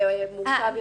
זה מורכב יותר.